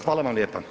Hvala vam lijepa.